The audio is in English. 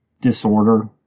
disorder